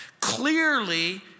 Clearly